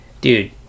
dude